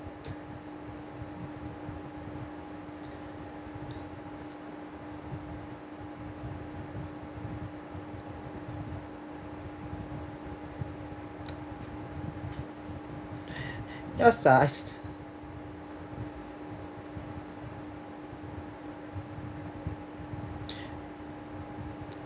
cause I